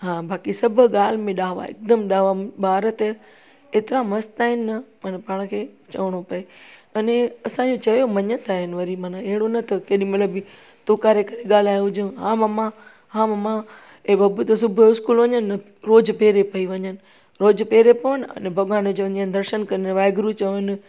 हा बाक़ी सभु ॻाल्हि में ॾांवा आहिनि हिकदमि ॾांवा ॿार त एतिरा मस्तु आहिनि न पर पाण खे चवणो पए अने असांजो चयो मननि था अन वरी अहिड़ो न त केॾी महिल बि तोकारे करे ॻाल्हायो हुजेनि हा ममा हा ममा हे बबू त स्कूल वञनि न रोज़ु पहिरें पईं वञनि रोज़ु पेर पवनि अन भॻिवान जो वञी दर्शन करनि वाहेगुरु चवनि